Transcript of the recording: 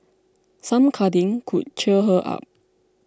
some cuddling could cheer her up